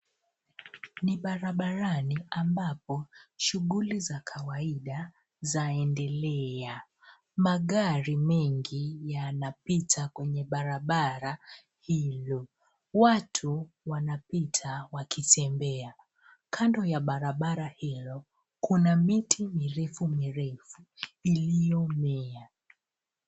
Ni barabarani ambapo shuguli za kawaida zaendelea. Magari mengi yanapita kwenye barabara hilo. Watu wanapita wakitembea. Kando ya barabara hilo, kuna miti mirefu mirefu iliyomea.